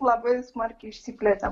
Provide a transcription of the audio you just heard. labai smarkiai išsiplėtėm